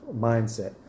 mindset